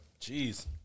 Jeez